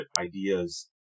ideas